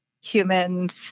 humans